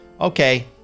Okay